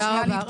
תודה רבה.